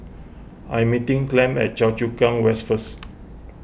I'm meeting Clem at Choa Chu Kang West first